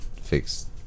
fixed